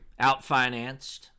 outfinanced